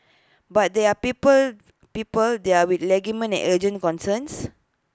but there are people people there with legitimate and urgent concerns